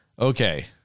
Okay